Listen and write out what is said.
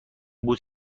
بود